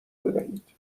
بدهید